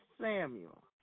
Samuel